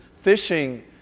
fishing